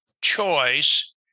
choice